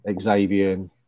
Xavier